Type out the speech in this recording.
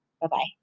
Bye-bye